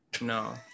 No